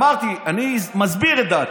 אמרתי: אני מסביר את דעתי.